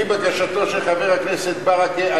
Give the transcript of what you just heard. חבר הכנסת נסים זאב.